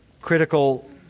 critical